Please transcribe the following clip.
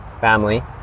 family